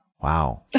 Wow